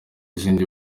izindi